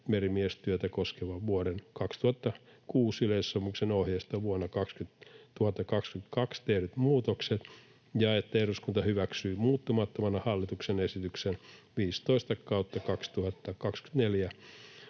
merimiestyötä koskevan vuoden 2006 yleissopimuksen ohjeistoon vuonna 2022 tehdyt muutokset ja että eduskunta hyväksyy muuttamattomana hallituksen esitykseen 15/2024